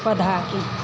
पौधाकेँ